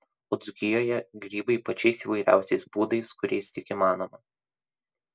o dzūkijoje grybai pačiais įvairiausiais būdais kuriais tik įmanoma